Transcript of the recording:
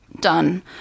done